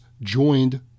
joined